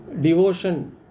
Devotion